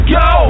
go